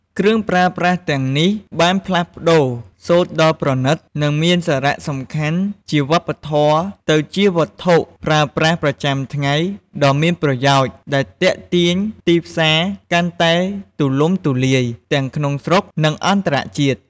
គ្រឿងប្រើប្រាស់ទាំងនេះបានផ្លាស់ប្តូរសូត្រដ៏ប្រណិត និងមានសារៈសំខាន់ជាវប្បធម៌ទៅជាវត្ថុប្រើប្រាស់ប្រចាំថ្ងៃដ៏មានប្រយោជន៍ដែលទាក់ទាញទីផ្សារកាន់តែទូលំទូលាយ ទាំងក្នុងស្រុក និងអន្តរជាតិ។